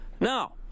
Now